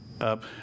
up